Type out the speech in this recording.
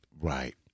Right